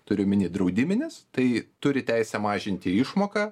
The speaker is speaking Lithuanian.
turiu omeny draudiminis tai turi teisę mažinti išmoką